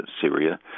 Syria